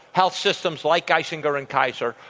health systems like geisinger and kaiser,